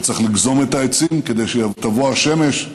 וצריך לגזום את העצים כדי שתבוא השמש.